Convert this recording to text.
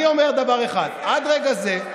אני אומר דבר אחד: עד רגע זה,